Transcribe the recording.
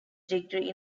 degree